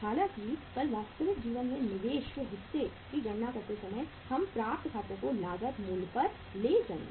हालांकि कल वास्तविक जीवन में निवेश के हिस्से की गणना करते समय हम प्राप्त खातों को लागत मूल्य पर ले जाएंगे